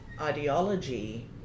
ideology